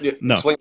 no